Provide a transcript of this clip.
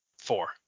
Four